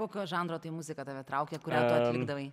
kokio žanro tai muzika tave traukia kurią tu atlikdavai